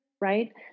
right